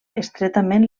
estretament